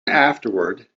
afterward